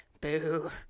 Boo